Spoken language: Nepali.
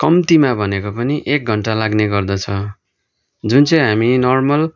कम्तीमा भनेको पनि एक घन्टा लाग्ने गर्दछ जुन चाहिँ हामी नर्मल